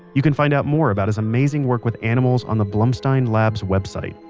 you can find out more about his amazing work with animals on the blumstein lab's website,